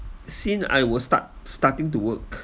since I will start starting to work